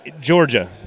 Georgia